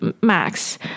max